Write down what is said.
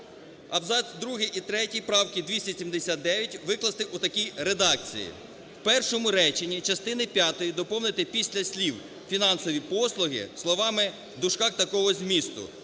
і третій правки 279 викласти у такій редакції: "В першому реченні частини п'ятої доповнити після слів "фінансові послуги" словами в дужках такого змісту: